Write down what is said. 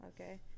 Okay